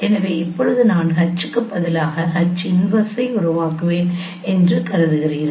எனவே இப்போது நான் H க்கு பதிலாக H 1 ஐ உருவாக்குவேன் என்று கருதுகிறீர்கள்